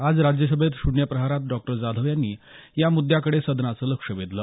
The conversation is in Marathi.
आज राज्यसभेत शून्य प्रहरात डॉ जाधव यांनी या मुद्याकडे सदनाचं लक्ष वेधलं